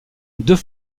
deux